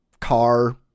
car